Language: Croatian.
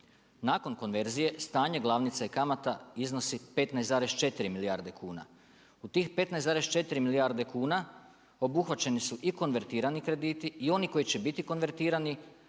Nakon konverzije stanje glavnice i kamata iznosi 15,4 milijarde kuna. U tih 15,4 milijarde kuna obuhvaćeni su i konvertirani krediti i oni koji će biti konvertirani,